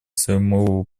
своему